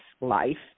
life